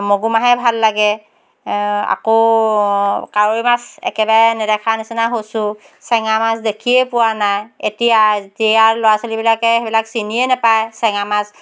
মগুমাহে ভাল লাগে আকৌ কাৱৈ মাছ একেবাৰে নেদেখা নিচিনা হৈছোঁ চেঙা মাছ দেখিয়ে পোৱা নাই এতিয়া এতিয়াৰ ল'ৰা ছোৱালীবিলাকে সেইবিলাক চিনিয়ে নেপায় চেঙা মাছ